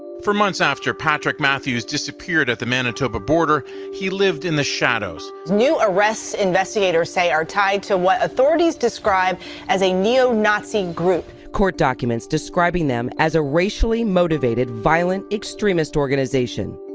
four months after patrick matthews disappeared at the manitoba border he lived in the shadows new arrests, investigators say, are tied to what authorities describe as a neo-nazi group. court documents describing them as a racially motivated, violent extremist organization